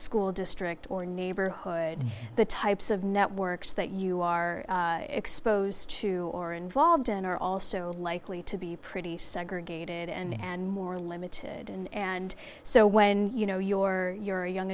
school district or neighborhood the types of networks that you are exposed to or involved in are also likely to be pretty segregated and more limited and so when you know your you're a young